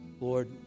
Lord